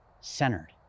centered